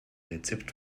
rezept